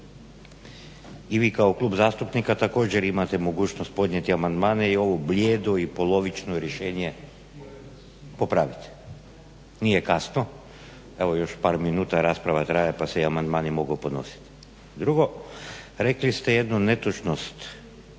I vi kao klub zastupnika također imate mogućnost podnijeti amandmane i ovo blijedo i polovično rješenje popraviti. Nije kasno, evo još par minuta rasprava traje pa se i amandmani mogu podnositi. Drugo, rekli ste jednu netočnost